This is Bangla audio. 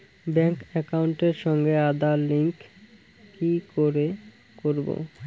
ব্যাংক একাউন্টের সঙ্গে আধার লিংক কি করে করবো?